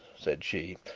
said she,